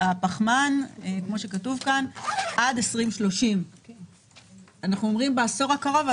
הפחמן עד 2030. אנחנו אומרים בעשור הקרוב,